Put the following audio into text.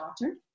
daughter